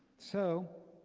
so,